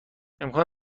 امکان